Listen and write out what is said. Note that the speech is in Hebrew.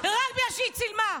רק בגלל שהיא צילמה.